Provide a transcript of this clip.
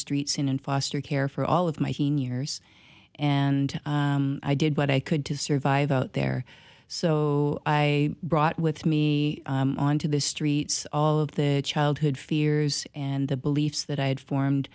streets in foster care for all of my teen years and i did what i could to survive out there so i brought with me on to the streets all of the childhood fears and the beliefs that i had formed